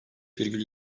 virgül